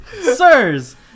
sirs